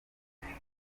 igihe